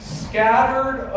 scattered